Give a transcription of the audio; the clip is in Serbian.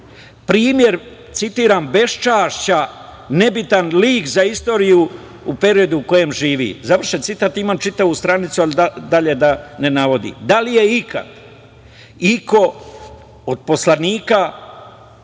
Primer, citiram – beščašća, nebitan lik za istoriju u periodu u kojem živi, završen citat. Imam čitavu stranicu, ali dalje da ne navodim. Da li ikad, iko od poslanika